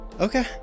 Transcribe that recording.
Okay